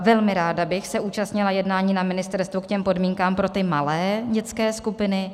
Velmi ráda bych se účastnila jednání na ministerstvu k podmínkám pro ty malé dětské skupiny.